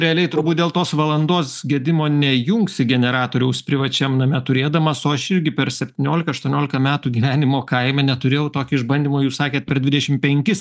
realiai turbūt dėl tos valandos gedimo nejungsi generatoriaus privačiam name turėdamas o aš irgi per septynioliką aštuonioliką metų gyvenimo kaime neturėjau tokio išbandymo jūs sakėte per dvidešim penkis